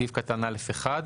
בסעיף קטן (א1),